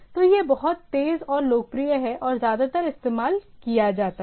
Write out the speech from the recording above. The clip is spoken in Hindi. तो यह बहुत तेज और लोकप्रिय है और ज्यादातर इस्तेमाल किया जाता है